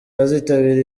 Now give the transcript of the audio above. azitabira